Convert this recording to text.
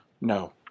No